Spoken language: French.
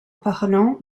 parlant